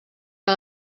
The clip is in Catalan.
que